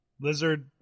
Lizard